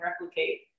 replicate